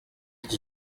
iki